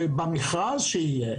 שבמכרז שיהיה